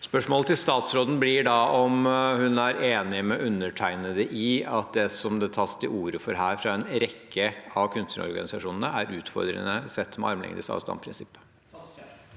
Spørsmålet til statsråden blir da om hun er enig med undertegnede i at det som det tas til orde for her fra en rekke av kunstnerorganisasjonene, er utfordrende, sett med armlengdes avstandprinsippet.